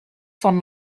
von